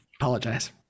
Apologize